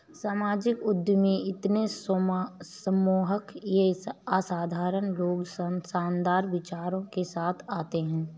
सामाजिक उद्यमी इतने सम्मोहक ये असाधारण लोग शानदार विचारों के साथ आते है